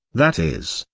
that is,